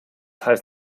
heißt